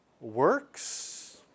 works